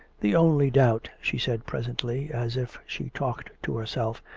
the only doubt, she said presently, as if she talked to herself,